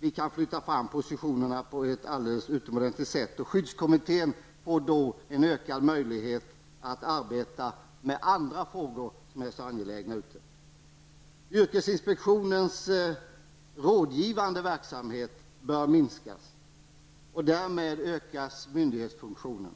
vi kan flytta fram positionerna på ett alldeles utomordentligt sätt. Skyddskommittén får då större möjligheter att arbeta med andra angelägna frågor. Yrkesinspektionens rådgivande verksamhet bör minskas. Därmed ökas myndighetsfunktionen.